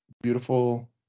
beautiful